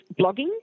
blogging